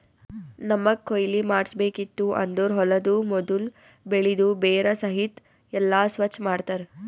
ನಮ್ಮಗ್ ಕೊಯ್ಲಿ ಮಾಡ್ಸಬೇಕಿತ್ತು ಅಂದುರ್ ಹೊಲದು ಮೊದುಲ್ ಬೆಳಿದು ಬೇರ ಸಹಿತ್ ಎಲ್ಲಾ ಸ್ವಚ್ ಮಾಡ್ತರ್